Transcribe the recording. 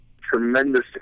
tremendous